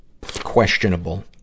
questionable